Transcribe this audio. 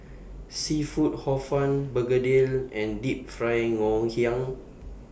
Seafood Hor Fun Begedil and Deep Fried Ngoh Hiang